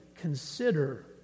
consider